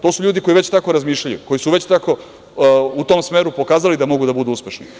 To su ljudi koji već tako razmišljaju, koji su već tako u tom smeru pokazali da mogu da budu uspešni.